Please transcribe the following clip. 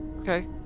Okay